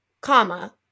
comma